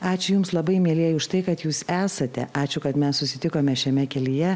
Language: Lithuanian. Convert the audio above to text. ačiū jums labai mielieji už tai kad jūs esate ačiū kad mes susitikome šiame kelyje